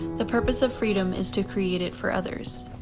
the purpose of freedom is to create it for others.